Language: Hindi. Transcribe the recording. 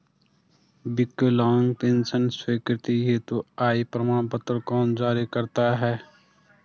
विकलांग पेंशन स्वीकृति हेतु आय प्रमाण पत्र कौन जारी करता है?